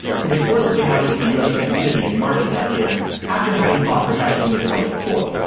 who was forcibly outed to the ufc community in march of that year after having fought professionally twice before.